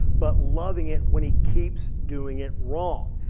but loving it when he keeps doing it wrong.